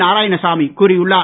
நாராயணசாமி கூறியுள்ளார்